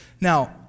Now